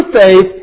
faith